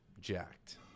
jacked